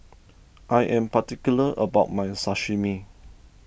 I am particular about my Sashimi